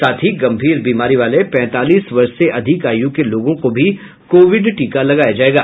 साथ ही गंभीर बीमारी वाले पैंतालीस वर्ष से अधिक आयु के लोगों को भी कोविड टीका लगाया जाएगा